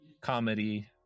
comedy